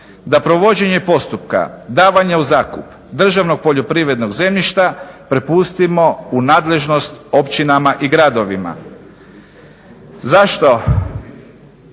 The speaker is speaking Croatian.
da provođenje postupka davanja u zakup državnog poljoprivrednog zemljišta prepustimo u nadležnost općinama i gradovima. Zašto